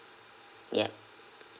ya